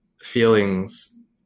feelings